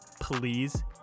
please